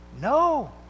no